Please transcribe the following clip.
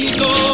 go